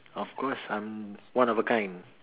of course I'm one of a kind